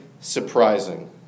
surprising